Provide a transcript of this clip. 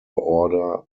order